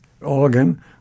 organ